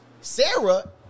Sarah